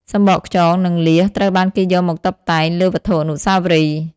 សំបកខ្យង និងលៀស ត្រូវបានគេយកមកតុបតែងលើវត្ថុអនុស្សាវរីយ៍។